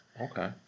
Okay